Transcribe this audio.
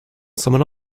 someone